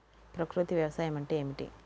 ప్రకృతి వ్యవసాయం అంటే ఏమిటి?